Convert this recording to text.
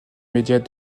médias